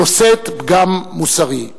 נושאת פגם מוסרי.